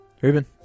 Ruben